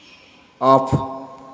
off